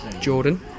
Jordan